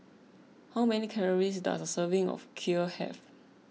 how many calories does a serving of Kheer have